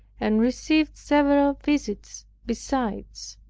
and received several visits besides.